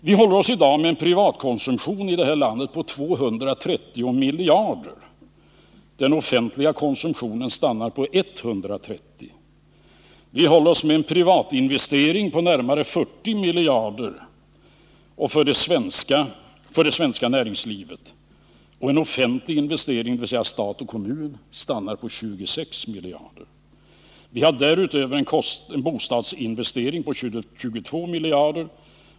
Vi håller oss i dag med en privatkonsumtion i det här landet på 230 miljarder kronor. Den offentliga konsumtionen stannar på 130 miljarder kronor. Inom det svenska näringslivet uppgår investeringarna till nära 40 miljarder, medan de offentliga investeringarna, dvs. statens och kommunernas investeringar, stannar vid 26 miljarder. Därutöver har vi bostadsinvesteringar på 22 miljarder.